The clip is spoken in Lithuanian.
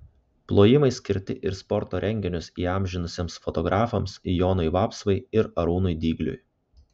plojimai skirti ir sporto renginius įamžinusiems fotografams jonui vapsvai ir arūnui dygliui